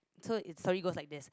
so its story go like this